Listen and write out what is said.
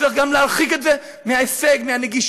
צריך להרחיק את זה מהישג היד, מהנגישות,